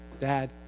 Dad